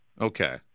Okay